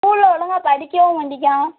ஸ்கூலில் ஒழுங்கா படிக்கவும் மாட்டேக்கிறான்